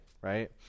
right